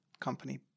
company